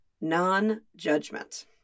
non-judgment